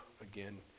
again